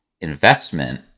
investment